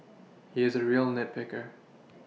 he is a real nit picker